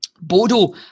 Bodo